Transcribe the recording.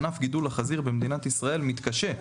ענף גידול החזיר במדינת ישראל מתקשה.